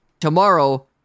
tomorrow